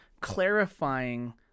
clarifying